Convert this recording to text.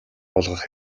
болгох